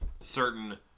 certain